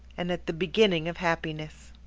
and at the beginning of happiness.